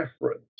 reference